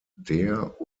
der